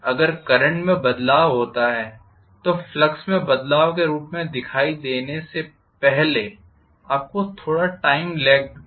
अगर करंट में बदलाव होता है तो फ्लक्स में बदलाव के रूप में दिखाई देने से पहले आपको थोड़ा टाइम लेग होगा